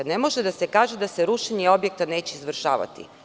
Ne može da se kaže da se rušenje objekta neće izvršavati.